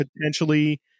potentially